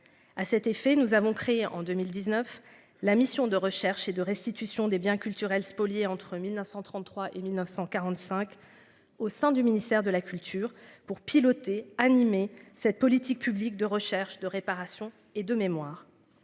À cet effet, nous avons créé en 2019, la mission de recherche et de restitution des biens culturels spoliés entre 1933 et 1945 au sein du ministère de la culture pour piloter animé cette politique publique de recherche de réparation et de mémoire.